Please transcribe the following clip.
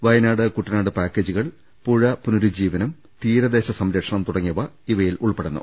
വയനാട് കുട്ടനാട് പാക്കേജുകൾ പുഴ പുനരുജ്ജീവനം തീരദേശ സംരക്ഷണം തുടങ്ങിയവ ഇവ യിൽ ഉൾപ്പെടുന്നു